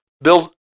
Bill